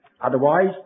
Otherwise